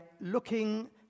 looking